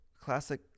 Classic